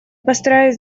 постараюсь